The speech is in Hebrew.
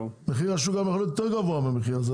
מחיר השוק יכול להיות גם יותר גבוה מהמחיר הזה,